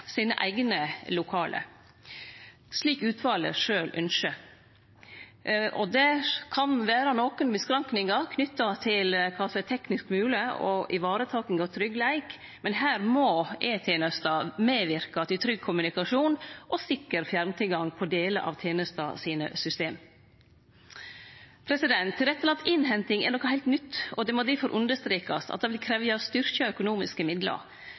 sine eigne lokale, slik utvalet sjølv ynskjer. Det kan vere nokre beskrankningar knytte til kva som er teknisk mogleg og varetaking av tryggleik, men her må E-tenesta medverke til trygg kommunikasjon og sikker fjerntilgang for delar av tenesta sine system. Tilrettelagd innhenting er noko heilt nytt, og det må difor understrekast at det vil krevje ei styrking av økonomiske midlar.